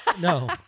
No